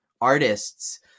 artists